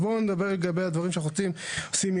בואו נדבר לגבי הדברים שאנחנו עושים מיידי.